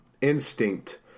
instinct